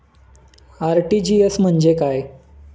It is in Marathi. आर.टी.जी.एस म्हणजे काय?